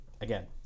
again